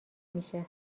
میشه